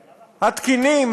התקינים,